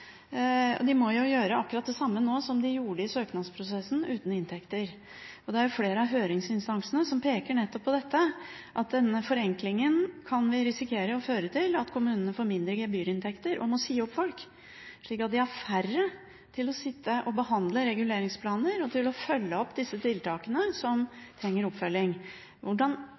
og de må gjøre akkurat det samme nå som de gjorde i søknadsprosessen, men uten inntekter. Det er flere av høringsinstansene som peker på nettopp dette, at denne forenklingen kan føre til at kommunene får mindre gebyrinntekter og må si opp folk, slik at de har færre til å behandle reguleringsplaner og til å følge opp disse tiltakene som trenger oppfølging. Hvordan